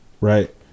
Right